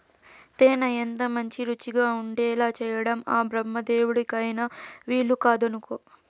తేనె ఎంతమంచి రుచిగా ఉండేలా చేయడం ఆ బెమ్మదేవుడికైన వీలుకాదనుకో